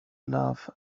love